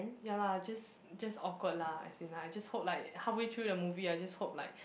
ya lah just just awkward lah as in like I just hope like halfway through the movie I just hope like